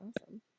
Awesome